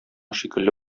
шикелле